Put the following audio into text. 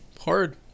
Hard